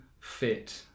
fit